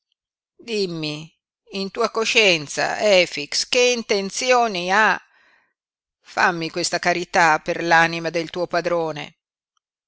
dimmi in tua coscienza efix che intenzioni ha fammi questa carità per l'anima del tuo padrone